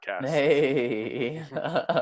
Hey